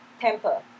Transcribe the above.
temper